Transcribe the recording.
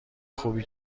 خوبی